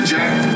Jack